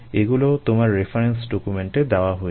এগুলো তোমার রেফারেন্স ডকুমেন্টে দেওয়া হয়েছে